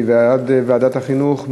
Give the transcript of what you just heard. מי בעד להעביר לוועדת החינוך?